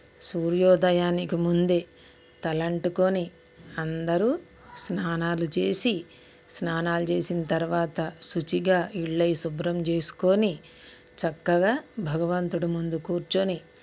సూర్యోదయానికి ముందే తలంటుకొని అందరూ స్నానాలు చేసి స్నానాలు చేసిన తర్వాత సుచిగా ఇళ్ళయి శుభ్రం చేసుకోని చక్కగా భగవంతుడు ముందు కూర్చోని